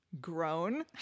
grown